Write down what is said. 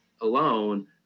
alone